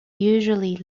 usually